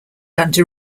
under